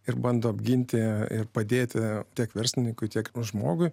ir bando apginti ir padėti tiek verslininkui tiek žmogui